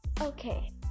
okay